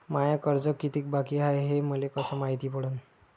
माय कर्ज कितीक बाकी हाय, हे मले कस मायती पडन?